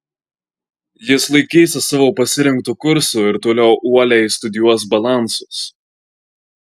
jis laikysis savo pasirinkto kurso ir toliau uoliai studijuos balansus